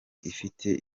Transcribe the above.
ifite